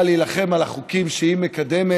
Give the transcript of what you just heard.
היא באה להילחם על החוקים שהיא מקדמת,